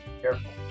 Careful